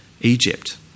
Egypt